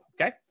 Okay